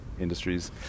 industries